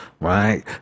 Right